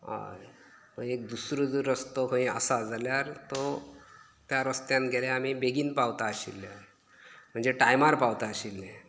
हय एक दुसरो जर रस्तो खंय आसा जाल्यार तो त्या रस्त्यान गेल्या आमी बेगीन पावता आशिल्लें म्हणजे टायमार पावता आशिल्लें